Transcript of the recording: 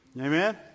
Amen